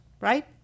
right